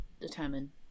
determine